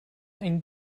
ein